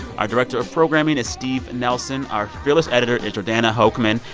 our director of programming is steve nelson. our fearless editor is jordana hochman.